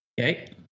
Okay